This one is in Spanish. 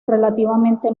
relativamente